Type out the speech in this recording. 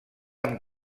amb